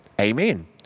Amen